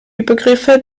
übergriffe